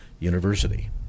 University